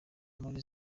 muri